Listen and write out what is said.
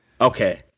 Okay